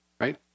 Right